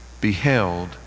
beheld